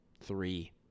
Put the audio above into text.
three